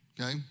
okay